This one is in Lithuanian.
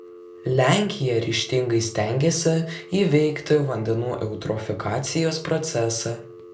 lenkija ryžtingai stengiasi įveikti vandenų eutrofikacijos procesą